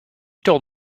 told